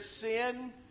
sin